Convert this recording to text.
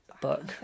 book